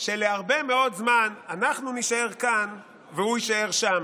שלהרבה מאוד זמן אנחנו נישאר כאן והוא יישאר שם.